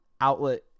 outlet